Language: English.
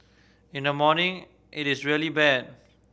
in the morning it is really bad